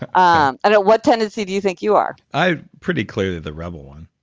and um and what tendency do you think you are? i'm pretty clearly the rebel one